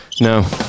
No